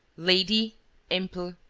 lady impl.